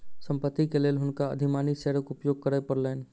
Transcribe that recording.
संपत्ति के लेल हुनका अधिमानी शेयरक उपयोग करय पड़लैन